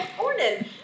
morning